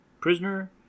prisoner